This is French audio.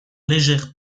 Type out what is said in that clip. légère